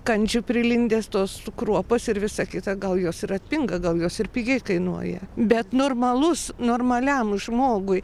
kandžių prilindęs tos kruopos ir visa kita gal jos ir atpinga gal jos ir pigiai kainuoja bet normalus normaliam žmogui